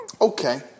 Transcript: okay